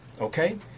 Okay